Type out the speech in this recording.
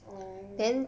oh